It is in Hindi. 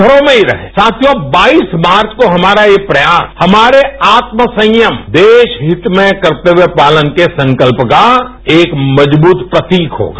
घरों में ही रहें तो बाईस मार्च को हमारा यह प्रयास आत्मसंयम देश हित में करते हुए पालन के संकल्प का एक मजबूत प्रतीक होगा